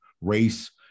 race